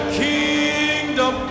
kingdom